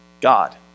God